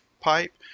pipe